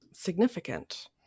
significant